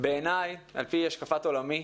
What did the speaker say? על פי השקפת עולמי,